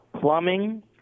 plumbing